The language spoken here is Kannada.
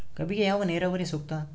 ಕಬ್ಬಿಗೆ ಯಾವ ನೇರಾವರಿ ಸೂಕ್ತ?